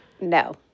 No